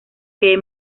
que